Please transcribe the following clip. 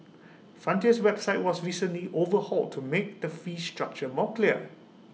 Frontier's website was recently overhauled to make the fee structure more clear